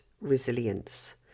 resilience